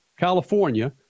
California